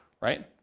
right